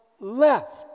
left